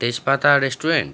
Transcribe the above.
তেজপাতা রেস্টুরেন্ট